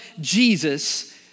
Jesus